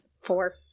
Four